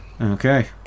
Okay